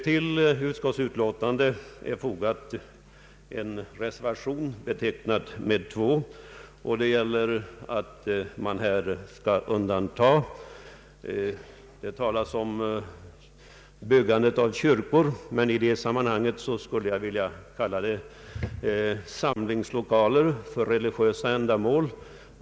Till utskottets betänkande är fogad en reservation, betecknad nr 2, Här talas om att man bör undanta byggandet av kyrkor, men jag skulle i detta sammanhang vilja kalla det samlingslokaler för religiösa ändamål.